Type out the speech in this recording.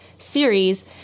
series